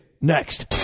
next